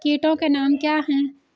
कीटों के नाम क्या हैं?